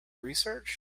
research